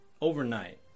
overnight